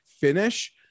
finish